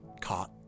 caught